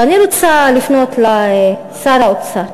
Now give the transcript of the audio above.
ואני רוצה לפנות לשר האוצר.